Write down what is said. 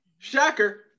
shocker